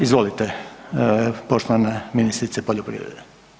Izvolite poštovana ministrice poljoprivrede.